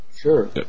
Sure